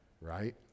right